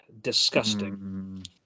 disgusting